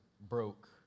broke